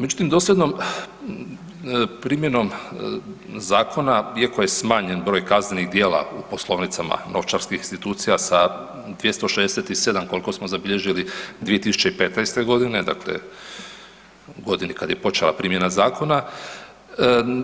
Međutim, dosljednom primjenom zakona iako je smanjen broj kaznenih djela u poslovnicama novčarskih institucija sa 267, koliko smo zabilježili 2015. g., dakle u godini kad je počela primjena zakona,